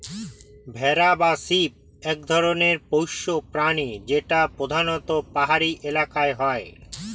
ভেড়া বা শিপ এক ধরনের পোষ্য প্রাণী যেটা প্রধানত পাহাড়ি এলাকায় হয়